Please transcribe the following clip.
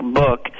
book